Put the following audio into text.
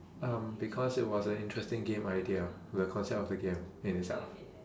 um because it was an interesting game idea the concept of the game in itself